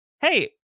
hey